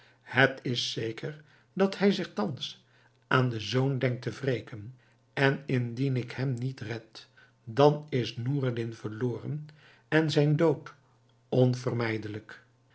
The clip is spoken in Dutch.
het is zeker dat hij zich thans aan den zoon denkt te wreken en indien ik hem niet red dan is noureddin verloren en zijn dood onvermijdelijk